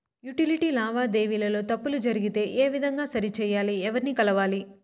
Utility లావాదేవీల లో తప్పులు జరిగితే ఏ విధంగా సరిచెయ్యాలి? ఎవర్ని కలవాలి?